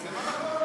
זה לא נכון?